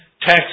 tax